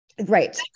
Right